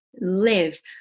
live